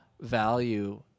value